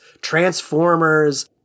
Transformers